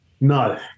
No